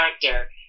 character